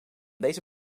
deze